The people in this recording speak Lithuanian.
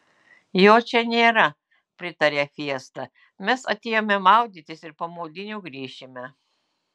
jo čia nėra pritarė fiesta mes atėjome maudytis ir po maudynių grįšime